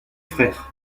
frères